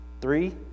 Three